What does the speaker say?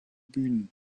bühnen